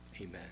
Amen